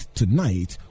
tonight